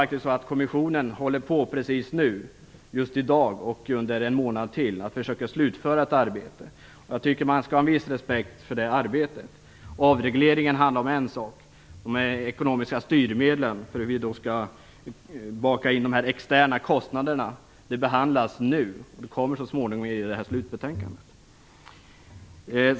Kommissionen håller faktiskt just i dag och en månad framöver på med att försöka slutföra ett arbete. Jag tycker att man skall ha en viss respekt för det arbetet. Avregleringen är en sak. De ekonomiska styrmedlen för hur vi skall baka in de externa kostnaderna behandlas nu, och resultatet härav kommer så småningom att redovisas i slutbetänkandet.